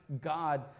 God